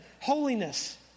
holiness